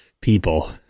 people